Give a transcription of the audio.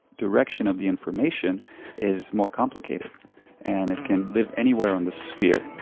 direction of the information is more complicated and can live anywhere on the sphere